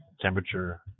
temperature